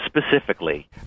specifically